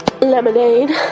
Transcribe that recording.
Lemonade